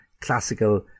classical